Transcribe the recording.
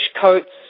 coats